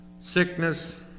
sickness